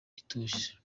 ituje